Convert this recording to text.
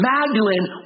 Magdalene